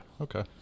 Okay